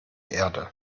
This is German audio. erde